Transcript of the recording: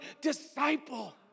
disciple